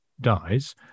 dies